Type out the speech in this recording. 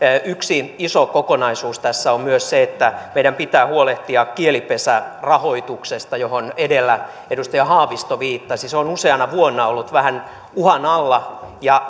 yksi iso kokonaisuus tässä on myös se että meidän pitää huolehtia kielipesärahoituksesta johon edellä edustaja haavisto viittasi se on useana vuonna ollut vähän uhan alla ja